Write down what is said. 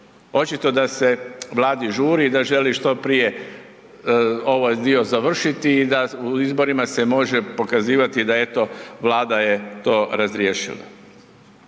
Očito da se Vladi žuri, da želi što prije ovaj dio završiti i da u izborima se može pokazivati da eto, Vlada je to razriješila.